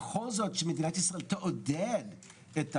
בכל זאת שמדינת ישראל כן תעודד את המשפחות?